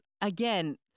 Again